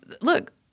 look